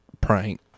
prank